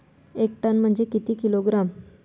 एक टन म्हनजे किती किलोग्रॅम?